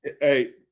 Hey